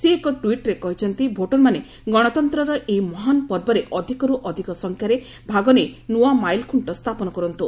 ସେ ଏକ ଟ୍ୱିଟ୍ରେ କହିଛନ୍ତି ଭୋଟରମାନେ ଗଣତନ୍ତ୍ରର ଏହି ମହାନ୍ ପର୍ବରେ ଅଧିକରୁ ଅଧିକ ସଂଖ୍ୟାରେ ଭାଗନେଇ ନୂଆ ମାଇଲ୍ଖୁଣ୍ଟ ସ୍ଥାପନ କରନ୍ତୁ